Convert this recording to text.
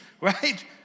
right